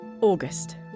August